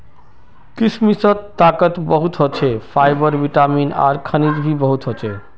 किशमिशत ताकत बहुत ह छे, फाइबर, विटामिन आर खनिज भी बहुत ह छे